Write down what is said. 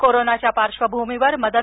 कोरोनाच्या पार्श्वभूमीवर मदत